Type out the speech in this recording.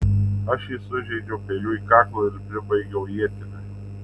aš jį sužeidžiau peiliu į kaklą ir pribaigiau ietimi